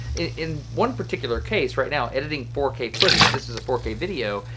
in one particular case right now, editing four k footage, this is a four k video,